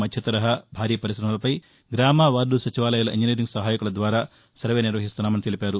మధ్య తరహా భారీ పరిశమలపై గ్రామ వార్గు సచివాలయాల ఇంజినీరింగ్ సహాయకుల ద్వారా సర్వే నిర్వహిస్తున్నామని తెలిపారు